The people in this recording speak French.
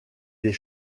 des